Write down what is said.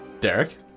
Derek